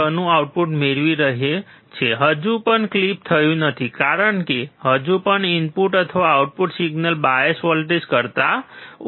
6 નું આઉટપુટ મળી રહ્યું છે હજુ પણ તે ક્લિપ થયું નથી કારણ કે હજુ પણ આ ઇનપુટ અથવા આઉટપુટ સિગ્નલ બાયસ વોલ્ટેજ કરતા ઓછું છે